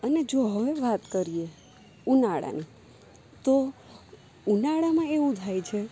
અને જો હવે વાત કરીએ ઉનાળાની તો ઉનાળામાં એવું થાય છે